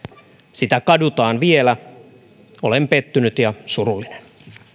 sitä kadutaan vielä olen pettynyt ja surullinen